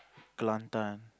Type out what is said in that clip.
Kelantan